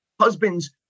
Husbands